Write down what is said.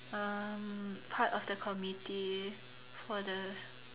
um part of the committee for the